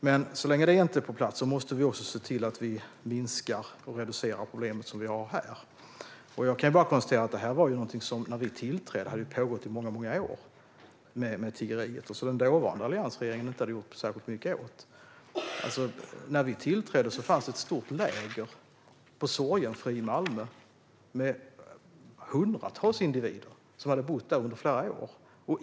Men så länge det inte är på plats måste vi också se till att minska och reducera det problem som vi har här. Jag kan bara konstatera att tiggeriet var någonting som hade pågått i många, många år när vi tillträdde och som den dåvarande alliansregeringen inte hade gjort särskilt mycket åt. När vi tillträdde fanns det ett stort läger på Sorgenfri i Malmö med hundratals individer som hade bott där under flera år.